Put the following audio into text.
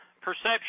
perception